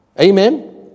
Amen